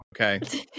okay